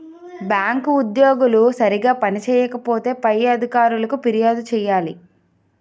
bank ఉద్యోగులు సరిగా పని చేయకపోతే పై అధికారులకు ఫిర్యాదు చేయాలి